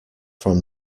from